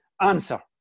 answer